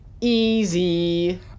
Easy